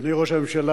אדוני ראש הממשלה,